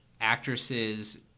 actresses